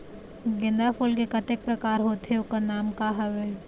गेंदा फूल के कतेक प्रकार होथे ओकर नाम का हवे?